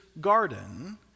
garden